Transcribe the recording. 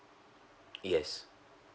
yes